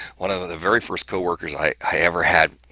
one of of the very first co-workers i ever had,